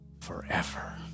forever